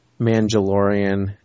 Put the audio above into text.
Mandalorian